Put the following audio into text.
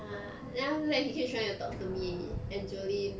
ya then after that he keep trying to talk to me and john